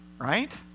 right